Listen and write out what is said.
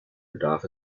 bedarf